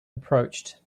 approached